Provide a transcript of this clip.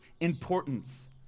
importance